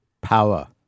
Power